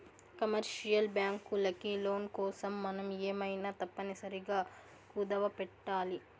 commercial బ్యాంకులకి loan కోసం మనం ఏమైనా తప్పనిసరిగా కుదవపెట్టాలి